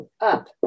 up